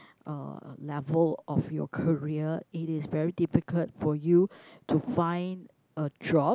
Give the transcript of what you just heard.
uh level of your career it is very difficult for you to find a job